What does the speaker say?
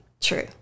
true